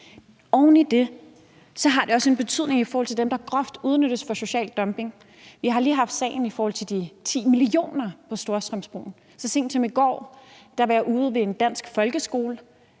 Oven i det har det også en betydning i forhold til dem, der groft udnyttes i forhold til social dumping. Vi har lige haft sagen om de 10 mio. kr. på Storstrømsbroen. Så sent som i går var jeg ude ved en dansk folkeskole,